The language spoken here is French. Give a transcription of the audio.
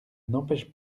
n’empêche